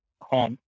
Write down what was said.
home